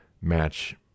match